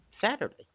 Saturday